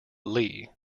lee